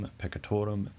peccatorum